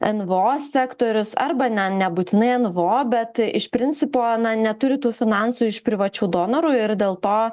nvo sektorius arba ne nebūtinai nvo bet iš principo na neturi tų finansų iš privačių donorų ir dėl to